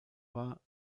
war